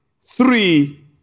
three